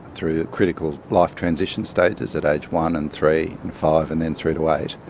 through critical life transition stages at age one and three and five and then through to eight,